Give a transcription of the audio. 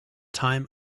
time